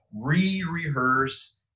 re-rehearse